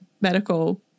medical